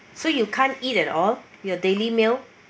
so you can't eat at all your daily meal